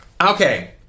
okay